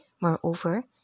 Moreover